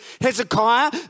Hezekiah